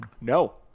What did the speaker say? No